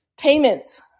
payments